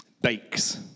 bakes